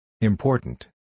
Important